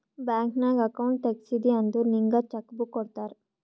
bank ನಾಗ್ account ತೆಗ್ಸಿದಿ ಅಂದುರ್ ನಿಂಗ್ ಚೆಕ್ ಬುಕ್ ಕೊಡ್ತಾರ್